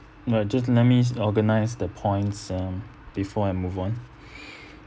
nah just let me organise the points um before I move on